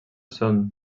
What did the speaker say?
són